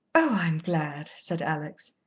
i'm glad, said alex.